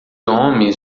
homens